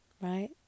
right